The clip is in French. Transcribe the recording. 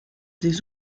des